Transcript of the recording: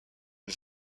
une